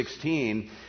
16